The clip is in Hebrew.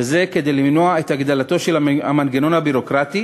וזה כדי למנוע את הגדלתו של המנגנון הביורוקרטי